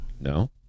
no